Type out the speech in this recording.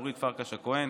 אורית פרקש הכהן,